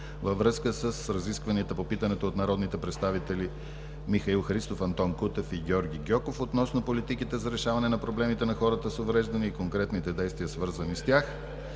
във връзка с разискванията по питанията от народните представители Михаил Христов, Антон Кутев и Георги Гьоков относно политиките за решаване на проблемите на хората с увреждания и конкретните действия, свързани с тях.